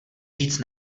říct